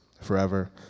forever